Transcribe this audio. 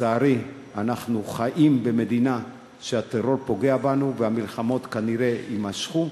לצערי אנחנו חיים במדינה שהטרור פוגע בנו והמלחמות כנראה יימשכו.